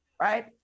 right